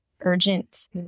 urgent